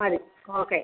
മതി ഓക്കെ